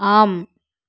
ஆம்